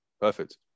Perfect